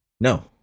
no